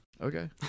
Okay